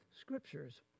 scriptures